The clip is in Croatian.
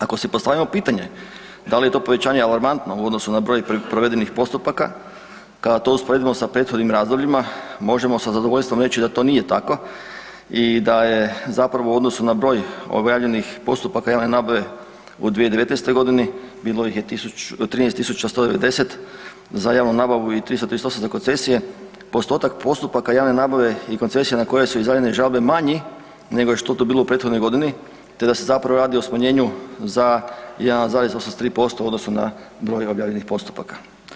Ako si postavimo pitanje da li je to povećanje alarmantno u odnosu na broj provedenih postupaka, kada to usporedimo sa prethodnim razdobljima možemo sa zadovoljstvom reći da to nije tako i da je zapravo u odnosu na broj objavljenih postupaka javne nabave u 2019. godini, bilo ih je 13.190 za javnu nabavu i 338 za koncesije postotak postupaka javne nabave i koncesije na koje su izjavljene žalbe manji nego što je to bilo u prethodnoj godini te da se zapravo radi o smanjenju za 1,83% u odnosu na broj objavljenih postupaka.